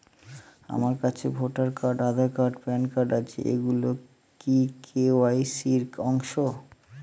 আমার কাছে voter card Aadhaar card PAN card আছে এগুলো কি কে.ওয়াই.সি র অংশ?